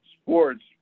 sports